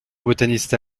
botaniste